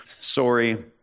sorry